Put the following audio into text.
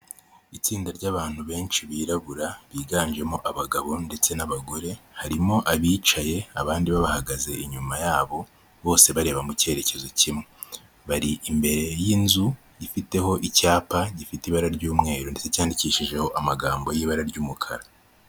Itsinda ry'abantu benshi birabura biganjemo abagabo ndetse n'abagore, harimo abicaye abandi bahagaze inyuma yabo bose bareba mu cyerekezo kimwe, bari imbere y'inzu ifiteho icyapa gifite ibara ry'umweru ndetse cyandikishijeho amagambo y'ibara ry'umukara.